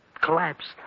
collapsed